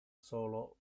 solo